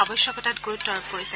আৱশ্যকতাত গুৰুত্ব আৰোপ কৰিছে